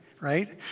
right